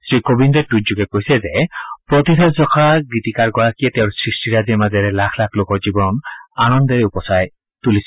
শ্ৰীকোবিন্দে টুইটযোগে কৈছে যে প্ৰতিথযশা গীতিকাৰগৰাকীয়ে তেওঁৰ সৃষ্টিৰাজীৰ মাজেৰে লাখ লাখ লোকৰ জীৱন আনন্দেৰে ভৰাই তুলিছিল